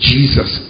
Jesus